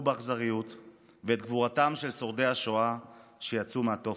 באכזריות ואת גבורתם של שורדי השואה שיצאו מהתופת,